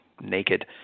naked